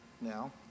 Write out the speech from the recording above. now